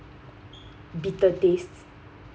bitter taste